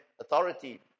authority